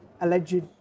alleged